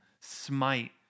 smite